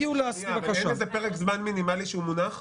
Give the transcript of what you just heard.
אין איזה פרק זמן מינימלי שהתקציב מונח?